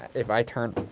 if i turn.